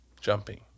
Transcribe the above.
jumping